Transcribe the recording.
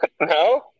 No